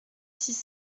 six